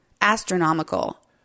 astronomical